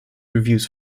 reviews